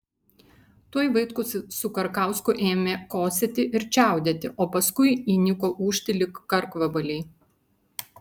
tuoj vaitkus su karkausku ėmė kosėti ir čiaudėti o paskui įniko ūžti lyg karkvabaliai